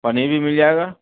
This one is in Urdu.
پنیر بھی مل جائے گا